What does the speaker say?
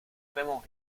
vraiment